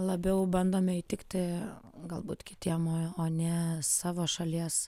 labiau bandome įtikti galbūt kitiem o o ne savo šalies